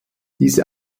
diese